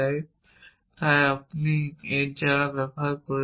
এবং তাই আপনি যারা এটি ব্যবহার করেছেন